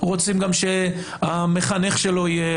אנחנו גם רוצים שהמחנך שלו יהיה,